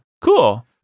cool